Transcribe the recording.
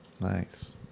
Nice